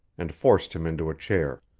and forced him into a chair.